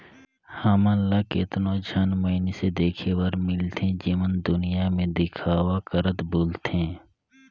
हमन ल केतनो झन मइनसे देखे बर मिलथें जेमन दुनियां में देखावा करत बुलथें